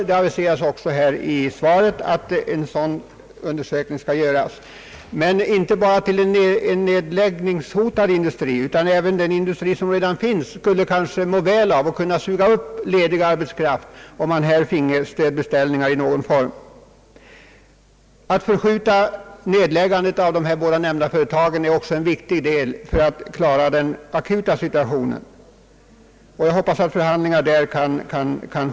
Det aviseras ju här i svaret att en sådan undersökning skall göras. Men inte bara nedläggningshotade industrier utan även andra skulle kanske må väl av stödbeställningar i någon form och kunna suga upp ledig arbetskraft. Att förskjuta nedläggningen av de båda här nämnda företagen är också en viktig punkt när det gäller att klara den akuta situationen, och jag hoppas att förhandlingar därom kan komma till stånd.